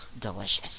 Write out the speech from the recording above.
Delicious